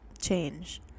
change